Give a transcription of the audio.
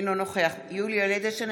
אינו נוכח יולי יואל אדלשטיין,